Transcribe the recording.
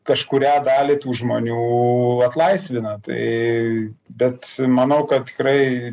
kažkurią dalį tų žmonių atlaisvina tai bet manau kad tikrai